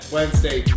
Wednesday